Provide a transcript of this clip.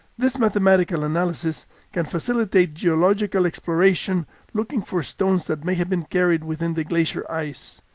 this mathematical analysis can facilitate geological exploration looking for stones that may have been carried within the glacier ice.